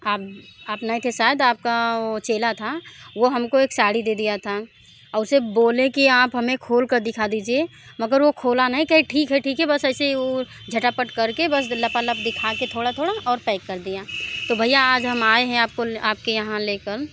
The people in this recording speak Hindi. आप आप ने के साथ आपका वो चेला था वो हम को एक साड़ी दे दिया था और सिर्फ़ बोले कि आप हमें खोल कर दिखा दीजिए मगर वो खोला नहीं कहे ठीक है ठीक है बस ऐसे ही वो झटापट कर के बस लपालप देखा के थोड़ा थोड़ा और पैक कर दिया तो भैया आज हम आए हैं आपको आप के यहाँ ले कर